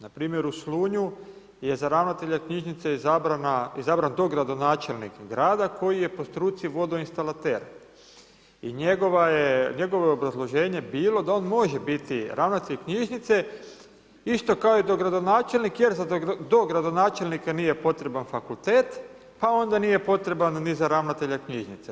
Npr. u Slunju je za ravnatelja knjižnice izabran dogradonačelnik grada koji je po struci vodoinstalater i njegovo je obrazloženje bilo da on može biti ravnatelj knjižnice isto kao i dogradonačelnik jer za dogradonačelnika nije potreban fakultet pa onda nije potreban ni za ravnatelja knjižnice.